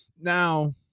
now